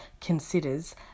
considers